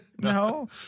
No